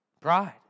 Pride